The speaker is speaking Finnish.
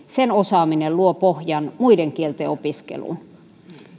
ja sen osaaminen luo pohjan muiden kielten opiskeluun